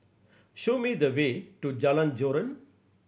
show me the way to Jalan Joran